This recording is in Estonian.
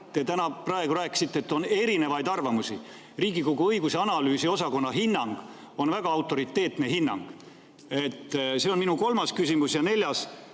Te praegu rääkisite, et on erinevaid arvamusi. Riigikogu õigus- ja analüüsiosakonna hinnang on väga autoriteetne hinnang. See on minu kolmas küsimus. Ja neljas